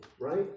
Right